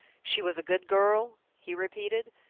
she was a good girl? he repeated,